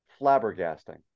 flabbergasting